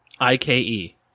I-K-E